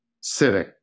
sitting